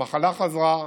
המחלה חזרה,